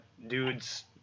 Dude's